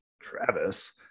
Travis